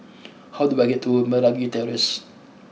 how do I get to Meragi Terrace